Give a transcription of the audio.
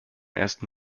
ersten